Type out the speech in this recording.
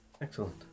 excellent